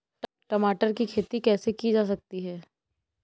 टमाटर की खेती कैसे की जा सकती है?